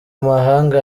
amahanga